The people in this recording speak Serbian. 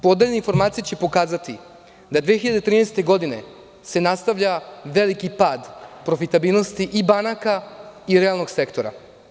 Podeljene informacije će pokazati da 2013. godine se nastavlja veliki pad profitabilnosti i banaka i realnog sektora.